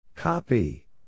Copy